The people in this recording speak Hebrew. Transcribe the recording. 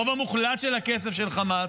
הרוב המוחלט של הכסף של חמאס,